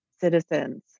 citizens